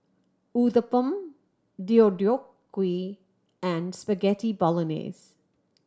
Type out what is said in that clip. Uthapam Deodeok Gui and Spaghetti Bolognese